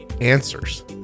answers